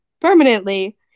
Permanently